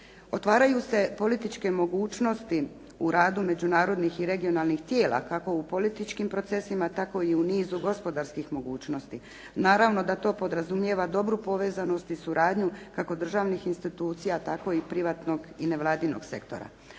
Otvaraju se političke mogućnosti u radu međunarodnih i regionalnih tijela kako u političkim procesima tako i u nizu gospodarskih mogućnosti. Naravno da to podrazumijeva dobru povezanost i suradnju kako državnih institucija tako i privatnog i nevladinog sektora.